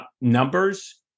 numbers